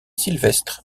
sylvestre